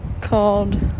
called